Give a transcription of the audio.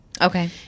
Okay